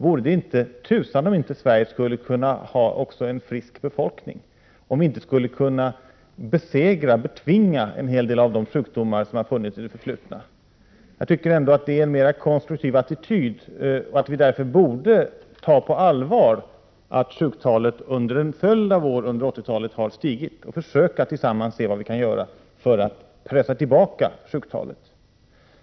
Vore det inte tusan om inte Sverige skulle kunna ha en frisk befolkning, om vi inte skulle kunna besegra en del sjukdomar som funnits i det förflutna? Jag tycker att det vore en mera konstruktiv attityd och att vi därför borde ta på allvar det faktumet att sjuktalet under en följd av år under 80-talet har stigit. Vi borde försöka tillsammans se vad vi kan göra för att pressa tillbaka sjuktalen.